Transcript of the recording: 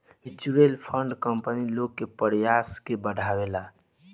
mutual fund company लोग के पयिसा के बढ़ावेला